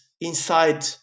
inside